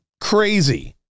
crazy